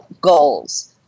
goals